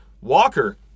Walker